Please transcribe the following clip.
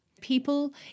People